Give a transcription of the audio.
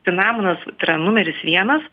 cinamonas tai yra numeris vienas